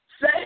Say